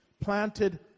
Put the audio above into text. planted